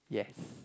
yes